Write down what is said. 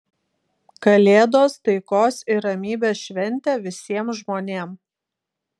kalėdos taikos ir ramybės šventė visiem žmonėm